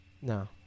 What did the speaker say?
No